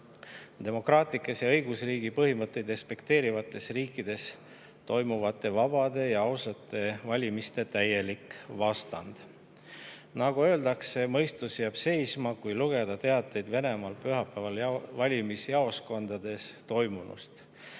demokraatlikes ja õigusriigi põhimõtteid respekteerivates riikides toimuvate vabade ja ausate valimiste täielik vastand. Nagu öeldakse, mõistus jääb seisma, kui lugeda teateid Venemaal pühapäeval valimisjaoskondades toimunust: